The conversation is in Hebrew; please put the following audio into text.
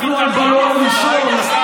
לא היית שר?